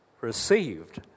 received